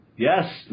Yes